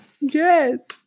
Yes